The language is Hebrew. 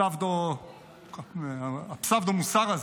הפסאודו-מוסר הזה,